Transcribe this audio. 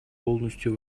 полностью